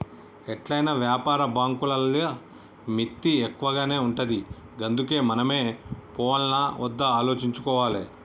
ఎట్లైనా వ్యాపార బాంకులల్ల మిత్తి ఎక్కువనే ఉంటది గందుకే మనమే పోవాల్నా ఒద్దా ఆలోచించుకోవాలె